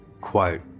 Quote